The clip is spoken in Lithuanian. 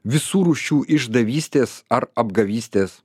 visų rūšių išdavystės ar apgavystės